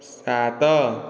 ସାତ